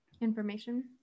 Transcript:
information